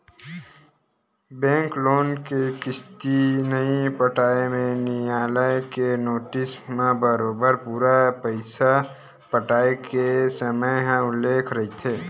bank loan के किस्ती नइ पटाए म नियालय के नोटिस म बरोबर पूरा पइसा पटाय के समे ह उल्लेख रहिथे